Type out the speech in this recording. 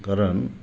कारण